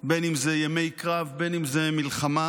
שזה ימי קרב, בין שזה מלחמה